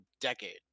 decade